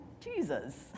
Jesus